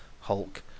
Hulk